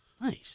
Nice